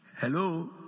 Hello